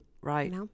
Right